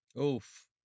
Oof